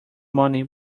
money